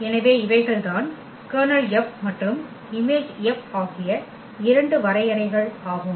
எனவே இவைகள்தான் Ker F மற்றும் Im F ஆகிய இரண்டு வரையறைகள் ஆகும்